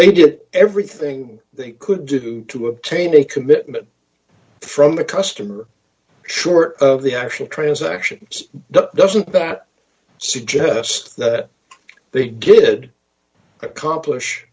they did everything they could do to obtain a commitment from the customer short of the actual transaction doesn't that suggest that they did accomplish